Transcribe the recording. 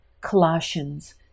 Colossians